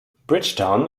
bridgetown